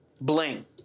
bling